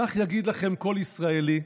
כך יגיד לכם כל ישראלי.